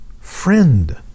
friend